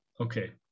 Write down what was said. okay